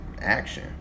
action